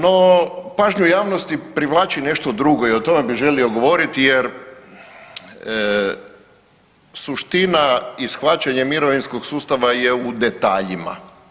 No, pažnju javnosti privlači nešto drugo i o tome bi želio govoriti jer suština i shvaćanje mirovinskog sustava je u detaljima.